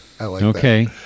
Okay